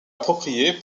approprié